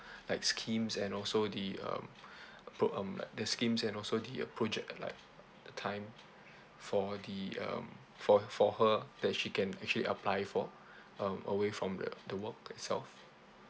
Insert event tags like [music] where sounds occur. [breath] like schemes and also the um [breath] pro~ um like the schemes and also the uh proje~ uh like the time for the um for for her that she can actually apply for um away from the the work itself